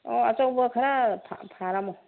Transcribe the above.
ꯑꯣ ꯑꯆꯧꯕ ꯈꯔ ꯐꯥꯔꯝꯃꯣ